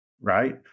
right